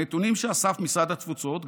הנתונים שאסף משרד התפוצות,